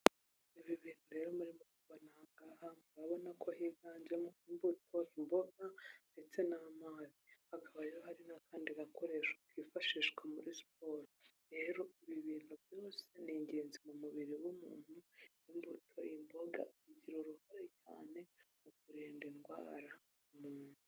Ibi bintu rero murimo kubona aha ngaha, murabona ko higanjemo imbuto, imboga ndetse n'amazi. Hkaba rero harire n'akandi gakoresho kifashishwa muri siporo, rero ibi bintu byose ni ingenzi mu mubiri w'umuntu, imbuto, imbonda bigira uruhare cyane mu kdanda indwara.